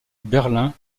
berlin